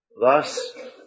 Thus